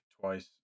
twice